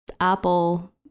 Apple